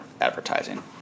advertising